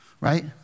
Right